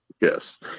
yes